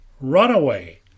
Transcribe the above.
runaway